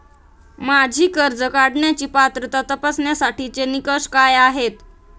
माझी कर्ज काढण्यासाठी पात्रता तपासण्यासाठीचे निकष काय आहेत?